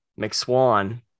McSwan